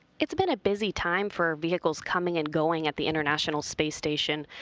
it's been a busy time for vehicles coming and going at the international space station.